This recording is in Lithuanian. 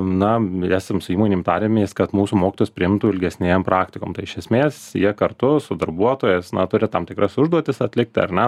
na esam su įmonėm tarėmės kad mūsų mokytojus priimtų ilgesnėm praktikom tai iš esmės jie kartu su darbuotojais na turi tam tikras užduotis atlikti ar ne